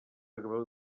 acabeu